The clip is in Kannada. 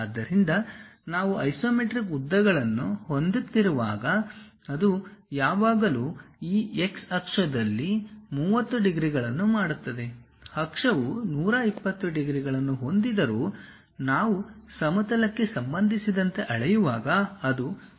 ಆದ್ದರಿಂದ ನಾವು ಐಸೊಮೆಟ್ರಿಕ್ ಉದ್ದಗಳನ್ನು ಹೊಂದಿತ್ತಿರುವಾಗ ಅದು ಯಾವಾಗಲೂ ಈ x ಅಕ್ಷದಲ್ಲಿ 30 ಡಿಗ್ರಿಗಳನ್ನು ಮಾಡುತ್ತದೆ ಅಕ್ಷವು 120 ಡಿಗ್ರಿಗಳನ್ನು ಹೊಂದಿದರೂ ನಾವು ಸಮತಲಕ್ಕೆ ಸಂಬಂಧಿಸಿದಂತೆ ಅಳೆಯುವಾಗ ಅದು 30 ಡಿಗ್ರಿಗಳನ್ನು ಹೊಂದುತ್ತದೆ